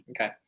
Okay